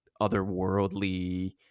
otherworldly